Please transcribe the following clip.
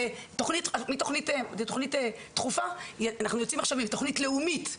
מתוכנית דחופה אנחנו יוצאים עכשיו עם תוכנית לאומית.